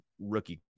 rookie